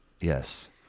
yes